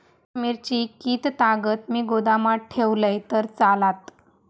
मिरची कीततागत मी गोदामात ठेवलंय तर चालात?